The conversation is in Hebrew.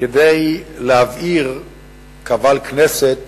כדי להבהיר קבל כנסת,